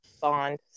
Bond